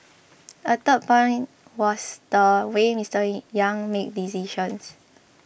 a third point in was the way Mister Yang made decisions